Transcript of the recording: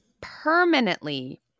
permanently